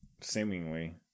Seemingly